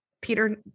Peter